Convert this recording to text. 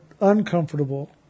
uncomfortable